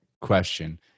question